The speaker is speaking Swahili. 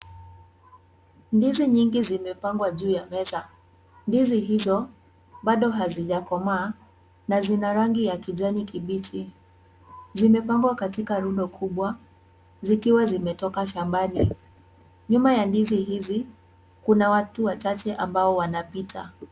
Ndizi nyingi zimepangwa juu ya meza. Ndizi hizo bado hazijakomaa na zina rangi ya kijani kibichi. Zimepangwa katika rundo kubwa zikiwa zimetoka shambani. Nyuma ya ndizi hizi kuna watu wachache ambao wanapita.